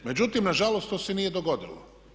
Međutim, nažalost to se nije dogodilo.